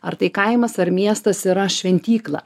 ar tai kaimas ar miestas yra šventykla